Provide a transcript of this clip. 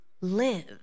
live